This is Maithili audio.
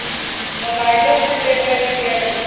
मोबाइलोसँ देखैत छियै